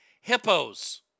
hippos